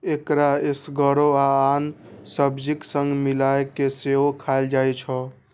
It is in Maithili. एकरा एसगरो आ आन सब्जीक संग मिलाय कें सेहो खाएल जाइ छै